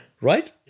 Right